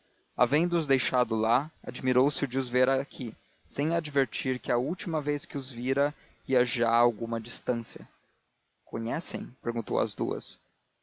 fazendeiros havendo os deixado lá admirou-se de os ver aqui sem advertir que a última vez que os vira ia já a alguma distância conhecem perguntou às duas